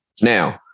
Now